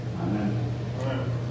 Amen